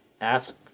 ask